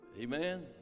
Amen